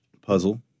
Puzzle